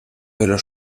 pelo